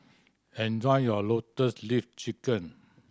enjoy your Lotus Leaf Chicken